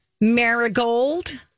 Marigold